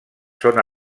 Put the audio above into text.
són